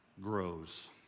grows